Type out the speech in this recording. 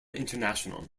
international